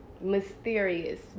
mysterious